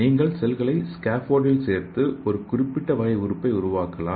நீங்கள் செல்களை ஸ்கேபோல்டில் சேர்த்து குறிப்பிட்ட வகை உறுப்பை உருவாக்கலாம்